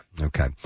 Okay